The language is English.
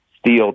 steel